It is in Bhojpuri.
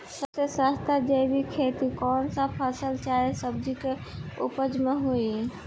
सबसे सस्ता जैविक खेती कौन सा फसल चाहे सब्जी के उपज मे होई?